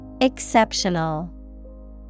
Exceptional